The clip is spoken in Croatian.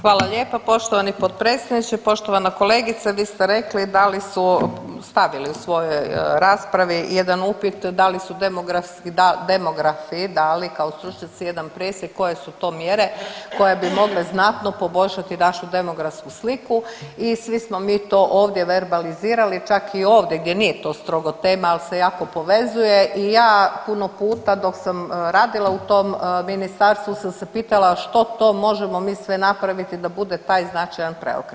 Hvala lijepa poštovani potpredsjedniče, poštovana kolegice, vi ste rekli da li su stavili u svojoj raspravi jedan upit da li demografski, da, demografi dali kao stručnjaci jedan presjek koje su to mjere koje bi mogle znatno poboljšati našu demografsku sliku i svi smo mi to ovdje verbalizirali, čak i ovdje gdje nije to strogo tema, ali se jako povezuje i ja puno puta dok sam radila u tom ministarstvu sam se pitala što to možemo mi sve napraviti da bude taj značajan preokret.